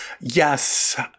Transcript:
Yes